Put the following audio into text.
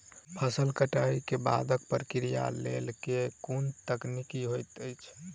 फसल कटाई केँ बादक प्रक्रिया लेल केँ कुन तकनीकी होइत अछि?